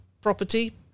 property